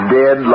dead